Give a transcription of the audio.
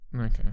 Okay